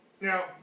Now